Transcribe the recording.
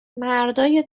مردای